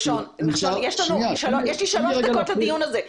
יש לי שלוש דקות לדיון הזה.